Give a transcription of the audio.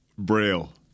Braille